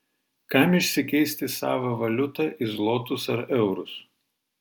kam išsikeisti savą valiutą į zlotus ar eurus